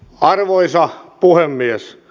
arvoisa puhemies